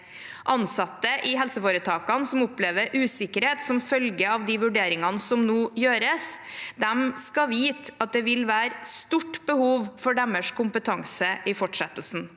Ansatte i helseforetakene som opplever usikkerhet som følge av vurderingene som nå gjøres, skal vite at det vil være stort behov for deres kompetanse i fortsettelsen.